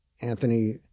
Anthony